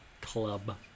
club